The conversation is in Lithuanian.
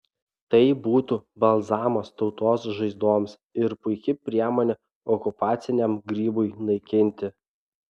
tai būtų balzamas tautos žaizdoms ir puiki priemonė okupaciniam grybui naikinti